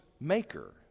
maker